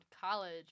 college